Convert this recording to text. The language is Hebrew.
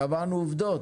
קבענו עובדות.